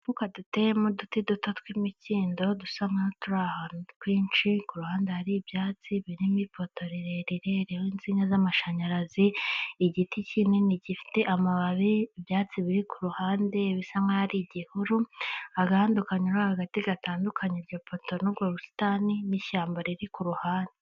Udufuka duteyemo uduti duto tw'imikindo dusa n'uturi ahantu twinshi kuruhande hari ibyatsi birimo ipoto rirerire ririho insinga z'amashanyarazi, igiti kinini gifite amababi ibyatsi biri kuruhande bisa nkaho ari igihuru, agahanda kanyura hagati gatandukanye iryo poto n'ubwo busitani n'ishyamba riri ku ruhande.